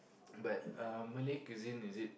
but uh Malay cuisine is it